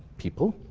people.